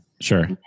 Sure